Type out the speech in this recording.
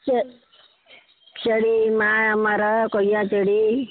சே சரி மாமரம் கொய்யாச்செடி